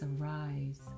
arise